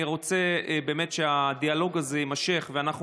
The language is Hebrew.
אני רוצה באמת שהדיאלוג הזה יימשך ואנחנו